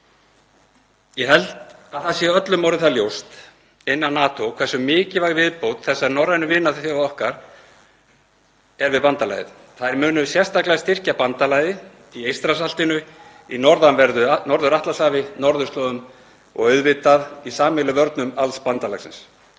Ég held að það sé öllum orðið ljóst innan NATO hversu mikilvæg viðbót þessar norrænu vinaþjóðir okkar eru við bandalagið. Þær munu sérstaklega styrkja bandalagið í Eystrasaltinu, Norður-Atlantshafi, norðurslóðum og auðvitað í sameiginlegum vörnum alls bandalagsins.